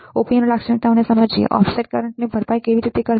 Op amp લાક્ષણિકતાઓને સમજવું offset કરંટને કારણે અસરની ભરપાઈ કેવી રીતે કરવી